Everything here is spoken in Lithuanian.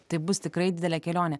tai bus tikrai didelė kelionė